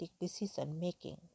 decision-making